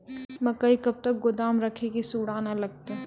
मकई कब तक गोदाम राखि की सूड़ा न लगता?